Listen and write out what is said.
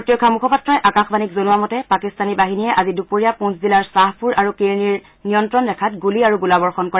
প্ৰতিৰক্ষা মুখপাত্ৰই আকাশবাণীক জনোৱা মতে পাকিস্তানী বাহিনীয়ে আজি দুপৰীয়া পুঞ্চ জিলাৰ শ্বাহপুৰ আৰু কিৰণিৰ নিয়ন্ত্ৰণ ৰেখাত গুলী আৰু গোলাবৰ্ষণ কৰে